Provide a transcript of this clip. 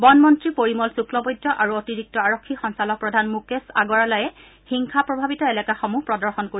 বনমন্ত্ৰী পৰিমল শু ক্লবৈদ্য আৰু অতিৰিক্ত আৰক্ষী সঞ্চালক প্ৰধান মুকেশ আগৰৱালৱে হিংসা প্ৰভাৱিত এলেকাসমূহ পৰিদৰ্শন কৰিব